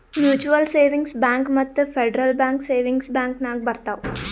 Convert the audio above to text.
mutual savings bank ಮತ್ತ federal bank savings bank ನಾಗ್ ಬರ್ತಾವ್